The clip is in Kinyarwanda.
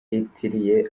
yitiriye